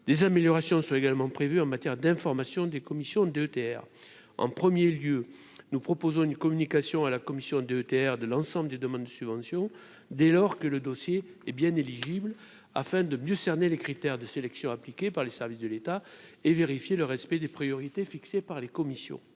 des améliorations sont également prévues en matière d'information des commissions DETR en 1er lieu nous proposons une communication à la commission DETR de l'ensemble des demandes de subventions dès lors que le dossier est bien éligible, afin de mieux cerner les critères de sélection appliquée par les services de l'État et vérifier le respect des priorités fixées par les commissions,